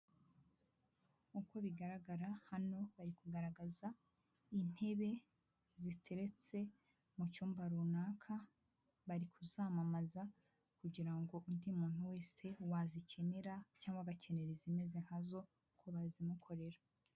Kk'uko bigaragara hano bari kugaragaza intebe ziteretse mu cyumba runaka, bari kuzamamaza kugira ngo undi muntu wese wazikenera, cyangwa agakenera izimeze nkazo ku bazimukorera.